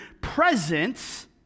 presence